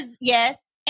yes